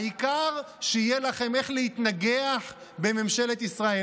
העיקר שיהיה לכם איך להתנגח בממשלת ישראל.